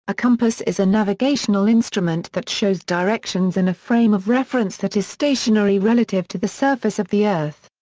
a compass is a navigational instrument that shows directions in a frame of reference that is stationary relative to the surface of the earth.